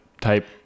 type